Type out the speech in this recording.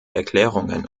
erklärungen